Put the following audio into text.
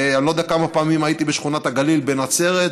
אני לא יודע כמה פעמים הייתי בשכונת הגליל בנצרת,